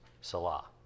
Salah